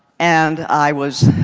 and i was,